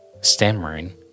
Stammering